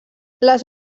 les